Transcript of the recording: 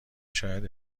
شاید